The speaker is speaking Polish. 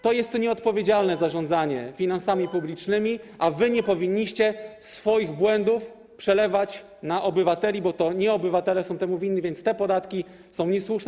To jest nieodpowiedzialne zarządzanie finansami publicznymi, a wy nie powinniście swoich błędów przelewać na obywateli, bo to nie obywatele są temu winni, więc te podatki są niesłuszne.